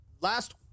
last